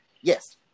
Yes